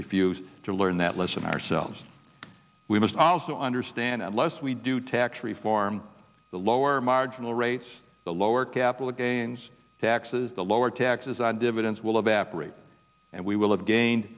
refuse to learn that lesson ourselves we must also understand unless we do tax reform the lower marginal rates the lower capital gains taxes the lower taxes on dividends will evaporate and we will